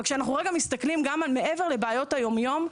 וכשאנחנו רגע מסתכלים גם על מעבר לבעיות היום יום,